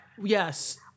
yes